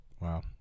Wow